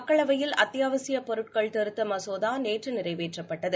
மக்களவையில் அத்தியாவசிய பொருட்கள் திருத்த மசோதா நேற்று நிறைவேற்றப்பட்டது